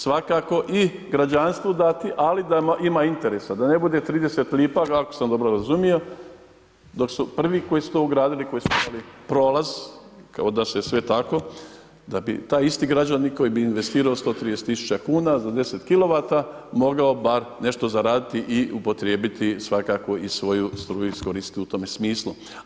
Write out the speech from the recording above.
Svakako i građanstvu dati ali da ima interesa da ne bude 30 lipa, ako sam dobro razumio dok su prvi to ugradili koji su imali prolaz kod nas je sve tako, da bi taj isti građanin koji bi investirao 130 tisuća kuna za 10 kilovata mogao bar nešto zaraditi i upotrijebiti svakako svoju struju iskoristiti u tome smislu.